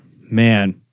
Man